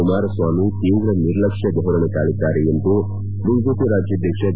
ಕುಮಾರಸ್ವಾಮಿ ತೀವ್ರ ನಿರ್ಲಕ್ಷ್ಯ ಧೋರಣೆ ತಾಳಿದ್ದಾರೆ ಎಂದು ಬಿಜೆಪಿ ರಾಜ್ಯಾಧ್ವಕ್ಷ ಬಿ